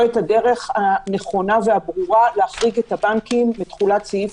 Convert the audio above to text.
את הדרך הנכונה והברורה להחריג את הבנקים מתחולת סעיף